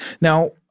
Now